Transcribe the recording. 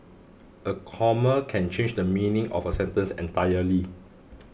a comma can change the meaning of a sentence entirely